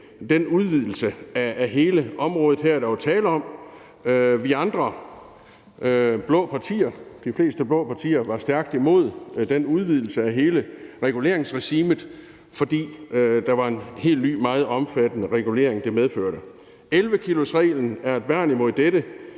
den udvidelse af hele området, der her var tale om. Vi andre blå partier – de fleste blå partier – var stærkt imod den udvidelse af hele reguleringsregimet, fordi det medførte en helt ny og meget omfattende regulering. 11-kilosreglen er et værn imod dette,